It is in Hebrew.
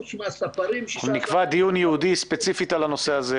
חוץ מהספרים --- אנחנו נקבע דיון ייעודי ספציפית על הנושא הזה